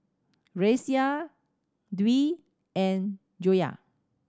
Raisya Dwi and Joyah